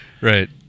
Right